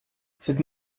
cette